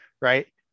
Right